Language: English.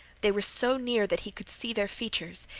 they were so near that he could see their features.